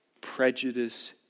prejudice